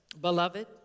beloved